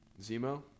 Zemo